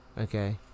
Okay